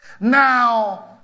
Now